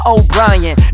O'Brien